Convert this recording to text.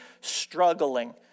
struggling